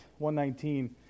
119